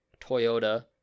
Toyota